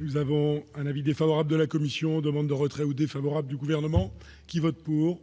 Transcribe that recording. nous avons un avis défavorable de la commission demande de retrait ou défavorables du gouvernement qui vote pour.